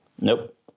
Nope